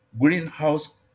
greenhouse